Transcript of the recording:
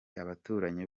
abaturanyi